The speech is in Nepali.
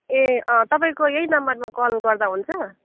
ए अँ तपाईँको यही नम्बरमा कल गर्दा हुन्छ